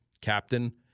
Captain